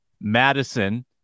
Madison